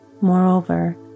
Moreover